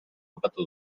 topatu